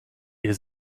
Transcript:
ihr